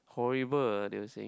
horrible ah they were saying